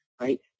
right